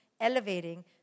elevating